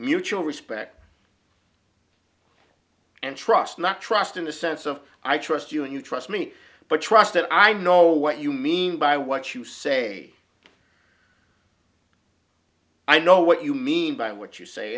mutual respect and trust not trust in the sense of i trust you and you trust me but trust that i know what you mean by what you say i know what you mean by what you say